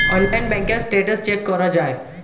অনলাইনে ব্যাঙ্কের status check করা যায়